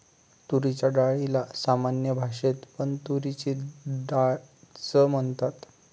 तुरीच्या डाळीला सामान्य भाषेत पण तुरीची डाळ च म्हणतात